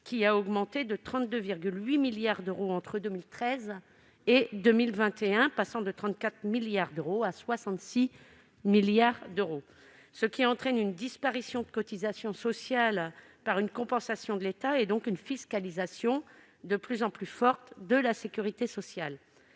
ont augmenté de 32,8 milliards d'euros entre 2013 et 2021, passant de 34 à 66 milliards d'euros, ce qui entraîne une disparition de cotisations sociales et une augmentation des compensations de l'État, et donc une fiscalisation de plus en plus forte de la sécurité sociale.